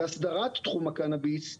והסדרת תחום הקנביס,